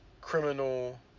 criminal